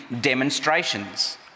demonstrations